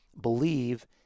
believe